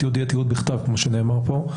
התיעודי יהיה תיעוד בכתב, כמו שנאמר פה,